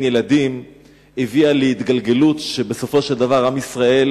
ילדים הביאה להתגלגלות שבסופו של דבר עם ישראל,